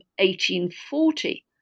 1840